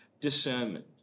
discernment